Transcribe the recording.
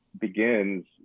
begins